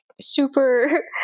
super